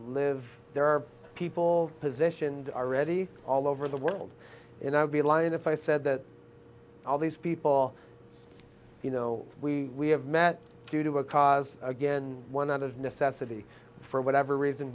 live there are people positioned already all over the world and i would be lying if i said that all these people you know we we have met today because again one out of necessity for whatever reason